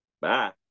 Bye